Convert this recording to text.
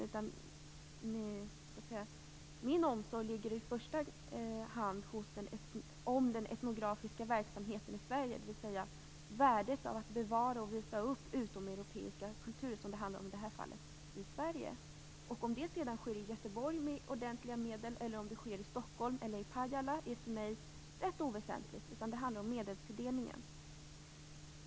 I stället gäller min omsorg i första hand den etnografiska verksamheten i Sverige, dvs. värdet av att i Sverige bevara och visa upp, som det i det här fallet handlar om, utomeuropeiska kulturer. Om det sedan sker i Göteborg med ordentliga medel eller om det sker i Stockholm eller i Pajala är, tycker jag, ganska oväsentligt. Det handlar i stället om medelstilldelningen.